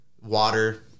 water